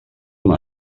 una